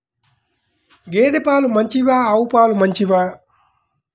గేద పాలు మంచివా ఆవు పాలు మంచివా?